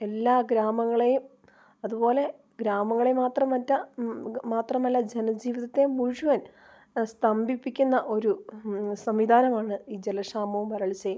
എല്ലാ ഗ്രാമങ്ങളേയും അതുപോലെ ഗ്രാമങ്ങളെ മാത്രമല്ല മാത്രമല്ല ജനജീവിതത്തെ മുഴുവൻ സ്തംഭിപ്പിക്കുന്ന ഒരു സംവിധാനമാണ് ഈ ജലക്ഷാമവും വരൾച്ചയും